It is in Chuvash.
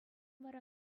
вара